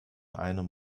einem